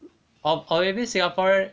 or or maybe singaporean